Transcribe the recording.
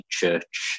church